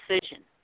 decision